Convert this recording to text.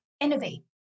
innovate